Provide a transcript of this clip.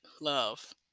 love